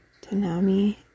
Tanami